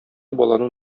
баланың